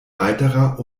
weiterer